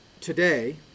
today